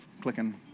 clicking